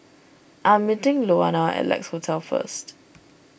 I'm meeting Louanna at Lex Hotel first